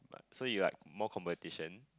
so you like more competition